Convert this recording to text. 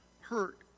hurt